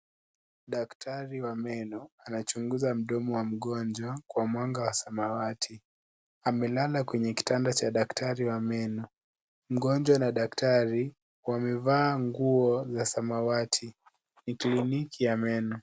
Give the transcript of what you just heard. Daktari wa meno anachunguza mdomo wa mgonjwa kwa mwanga wa samawati. Amelala kwenye kitanda cha daktari wa meno. Mgonjwa na daktari wamevaa nguo za samawati. Ni kliniki ya meno.